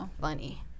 funny